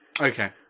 Okay